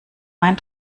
mein